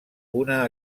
una